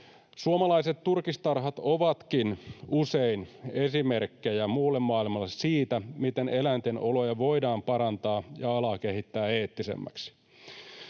Suomalaiset turkistarhat ovatkin usein esimerkkejä muulle maailmalle siitä, miten eläinten oloja voidaan parantaa ja alaa kehittää eettisemmäksi.